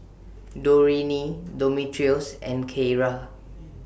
Dorene Demetrios and Kierra